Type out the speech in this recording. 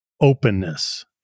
openness